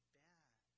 bad